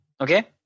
Okay